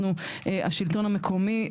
אנחנו, השלטון המקומי.